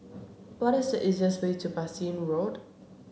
what is the easiest way to Bassein Road